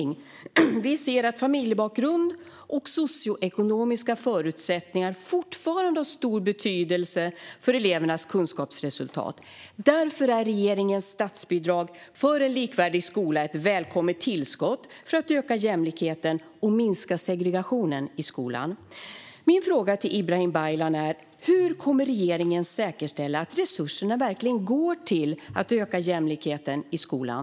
Vi ser att familjebakgrund och socioekonomiska förutsättningar fortfarande har stor betydelse för elevernas kunskapsresultat. Därför är regeringens statsbidrag för en likvärdig skola ett välkommet tillskott för att öka jämlikheten och minska segregationen i skolan. Min fråga till Ibrahim Baylan är: Hur kommer regeringen att säkerställa att resurserna verkligen går till att öka jämlikheten i skolan?